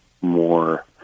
more